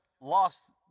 lost